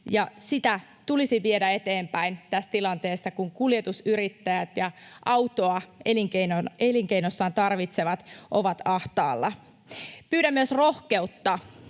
Sitä tulisi viedä eteenpäin tässä tilanteessa, kun kuljetusyrittäjät ja autoa elinkeinossaan tarvitsevat ovat ahtaalla. Pyydän myös rohkeutta,